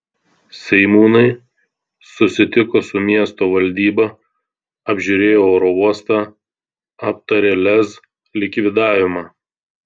seimūnai susitiko su miesto valdyba apžiūrėjo oro uostą aptarė lez likvidavimą